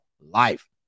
life